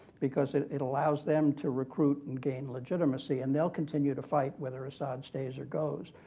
because it allows them to recruit and gain legitimacy. and theyll continue to fight whether assad stays or goes.